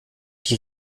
die